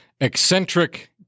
eccentric